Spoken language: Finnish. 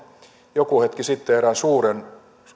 joku hetki sitten erään suuren